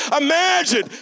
Imagine